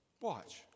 watch